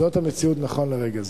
זאת המציאות נכון לרגע זה.